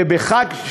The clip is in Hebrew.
ובחג,